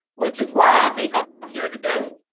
which is why i think i'm here today.